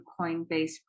coinbase